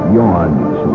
yawns